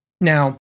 Now